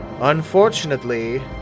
Unfortunately